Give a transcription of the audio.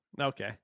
Okay